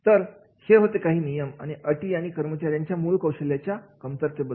तर हे होते काही नियम काही अटी आणि कर्मचाऱ्यांच्या मूळ कौशल्यांचा कमतरते बद्दल